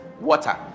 Water